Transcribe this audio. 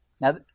Now